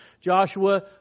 Joshua